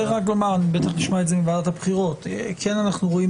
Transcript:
צריך לומר ובטח נשמע מוועדת הבחירות אנחנו רואים